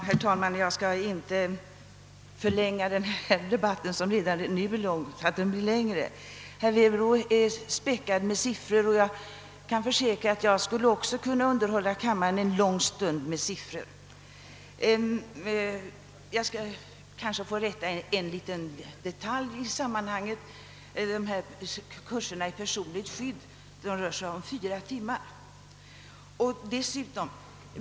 Herr talman! Jag skall inte mycket förlänga denna debatt, som redan är långt utdragen. Herr Werbros anförande var späckat med siffror, och även jag skulle kunna underhålla kammaren med siffror en lång stund. Men tillåt mig bara rätta en detalj i sammanhanget, nämligen den att kurserna i personligt skydd omfattar fyra timmar och inte tre.